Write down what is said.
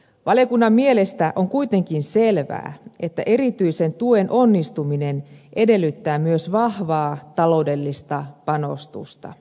valiokunnan mielestä on kuitenkin selvää että erityisen tuen onnistuminen edellyttää myös vahvaa taloudellista panostusta